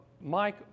Mike